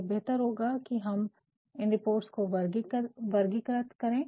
तो बेहतर होगा कि हम इन रिपोर्ट्स को वर्गीकृत करे